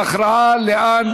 יועבר לוועדת הכנסת להכרעה לאן.